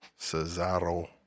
Cesaro